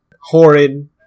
horrid